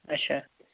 اَچھا